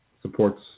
supports